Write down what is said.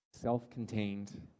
self-contained